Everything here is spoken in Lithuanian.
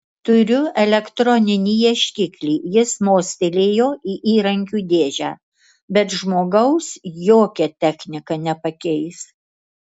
turiu elektroninį ieškiklį jis mostelėjo į įrankių dėžę bet žmogaus jokia technika nepakeis